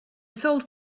sold